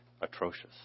atrocious